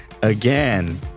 Again